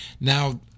now